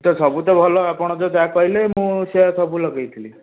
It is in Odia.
ତ ସବୁତ ଭଲ ଆପଣ ଯେଉଁ ଯାହା କହିଲେ ମୁଁ ସେଇଆ ସବୁ ଲଗାଇଥିଲି